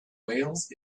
whales